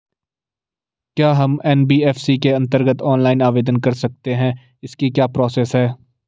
क्या हम एन.बी.एफ.सी के अन्तर्गत ऑनलाइन आवेदन कर सकते हैं इसकी क्या प्रोसेस है?